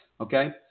Okay